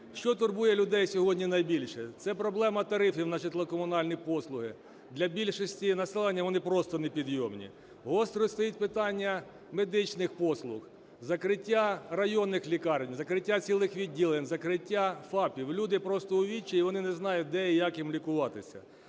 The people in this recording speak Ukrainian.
Що турбує людей сьогодні найбільше? Це проблема тарифів на житлово-комунальні послуги. Для більшості населення вони просто непідйомні. Гостро стоїть питання медичних послуг, закриття районних лікарень, закриття цілих відділень, закриття ФАПів. Люди просто у відчаї і вони не знають, де і як їм лікуватися.